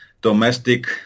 domestic